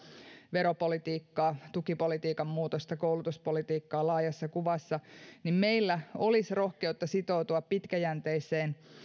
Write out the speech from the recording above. veropolitiikkaa tukipolitiikan muutosta koulutuspolitiikkaa laajassa kuvassa niin meillä olisi rohkeutta sitoutua pitkäjänteiseen